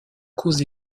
cause